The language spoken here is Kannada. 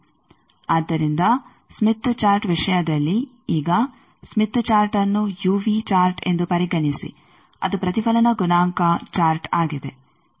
ಆದ್ದರಿಂದ ಸ್ಮಿತ್ ಚಾರ್ಟ್ ವಿಷಯದಲ್ಲಿ ಈಗ ಸ್ಮಿತ್ ಚಾರ್ಟ್ಅನ್ನು ಚಾರ್ಟ್ ಎಂದು ಪರಿಗಣಿಸಿ ಅದು ಪ್ರತಿಫಲನ ಗುಣಾಂಕ ಚಾರ್ಟ್ ಆಗಿದೆ